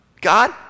God